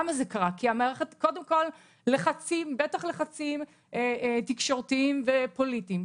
קודם כול, לחצים, בטח לחצים תקשורתיים ופוליטיים.